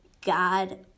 God